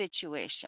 situation